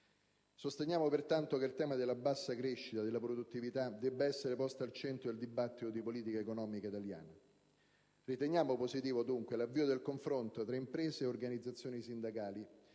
sosteniamo pertanto che il tema della bassa crescita della produttività debba essere posto al centro del dibattito di politica economica italiana. Riteniamo positivo dunque l'avvio del confronto tra imprese e organizzazioni sindacali,